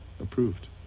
approved